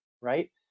right